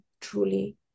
truly